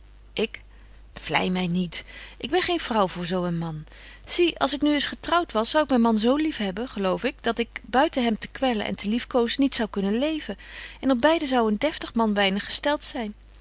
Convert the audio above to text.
ik vlei my niet ik ben geen vrouw voor zo een man zie als ik nu eens getrouwt was zou ik myn man zo liefhebben geloof ik dat ik buiten hem te kwellen en te liefkozen niet zou kunnen leven en op beide zou zo een deftig man weinig gestelt zyn